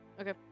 Okay